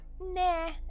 nah